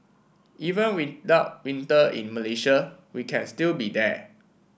even without winter in Malaysia we can still be there